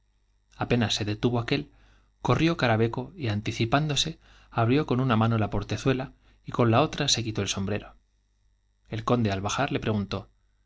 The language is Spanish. caraveco y detuvo antici apenas se pándose abrió con una mano la portezuela y con la otra se quitó el sombrero el conde al bajar le preguntó